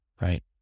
right